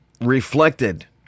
reflected